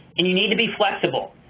and you need to be flexible.